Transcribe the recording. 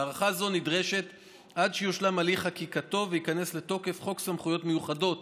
הארכה זו נדרשת עד שיושלם הליך חקיקתו וייכנס לתוקף חוק סמכויות מיוחדות